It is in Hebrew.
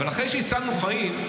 אבל אחרי שהצלנו חיים,